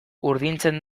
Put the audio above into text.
urdintzen